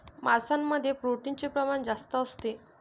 मांसामध्ये प्रोटीनचे प्रमाण जास्त असते